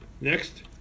next